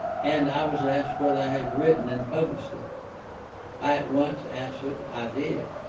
and i was asked whether i had written and published it. i at once answered i did.